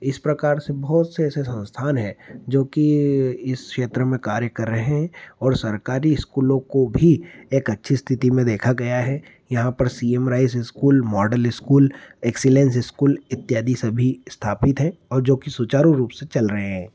इस प्रकार से बहुत से ऐसे संस्थान हैं जो कि इस क्षेत्र में कार्य कर रहे हैं और सरकारी स्कूलों को भी एक अच्छी स्थिति में देखा गया है यहाँ पर C M Rise school model school excellence school इत्यादि सभी स्थापित हैं और जो कि सुचारू रूप से चल रहे हैं